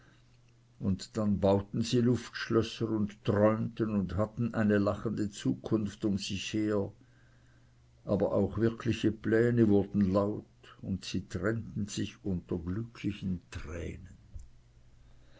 und dann bauten sie luftschlösser und träumten und hatten eine lachende zukunft um sich her aber auch wirkliche pläne wurden laut und sie trennten sich unter glücklichen tränen